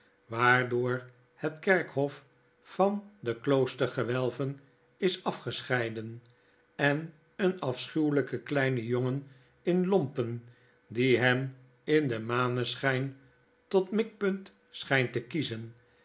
waardoor het kerkhof van de kloostergewelven is afgescheiden en een afschuweljjken kleinen jongen in lompen die hem in den maneschp tot mikpunt schpt te kiezen